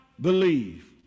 believe